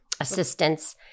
assistance